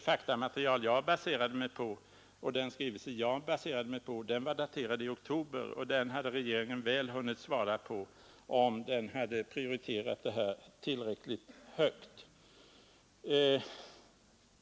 Herr talman! Den skrivelse som jag baserade min fråga på är daterad i oktober; den hade regeringen således hunnit svara på, om den hade prioriterat frågan tillräckligt högt.